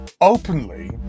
openly